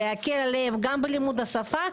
זה יקל עליהם גם בלימוד השפה,